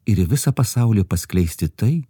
ir į visą pasaulį paskleisti tai